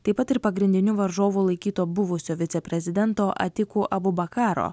taip pat ir pagrindiniu varžovu laikyto buvusio viceprezidento atiku abubakaro